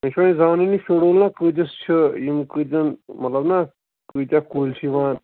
مےٚ چھُ وۅنۍ زانُن یہِ شیڈوٗل نا کۭتِس چھُ یِم کۭتٮ۪ن مطلب نا کۭتیٛاہ کُلۍ چھِ یِوان